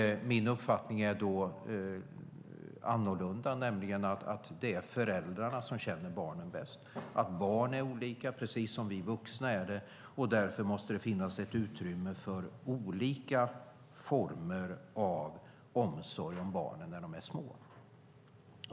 Min uppfattning är en annan, nämligen att det är föräldrarna som känner sina barn bäst. Barn är olika precis som vi vuxna är det, och därför måste det finnas utrymme för olika former av omsorg om barnen när de är små.